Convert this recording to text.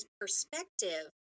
perspective